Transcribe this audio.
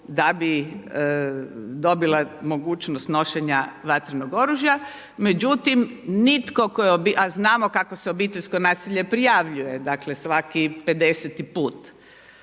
da bi dobila mogućnost nošenja vatrenog oružja. Međutim, nitko tko je, a znamo kako se obiteljsko nasilje prijavljuje dakle, svaki 50-ti put.